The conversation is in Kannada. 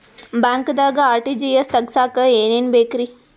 ಬ್ಯಾಂಕ್ದಾಗ ಆರ್.ಟಿ.ಜಿ.ಎಸ್ ತಗ್ಸಾಕ್ ಏನೇನ್ ಬೇಕ್ರಿ?